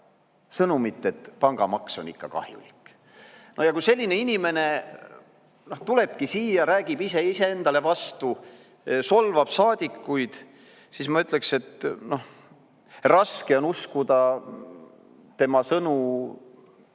sõnumit, et pangamaks on ikka kahjulik. Kui selline inimene tuleb siia, räägib iseendale vastu, solvab saadikuid, siis ma ütleksin, et raske on uskuda tema sõnu,